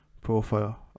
profile